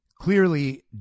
clearly